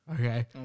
Okay